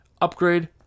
upgrade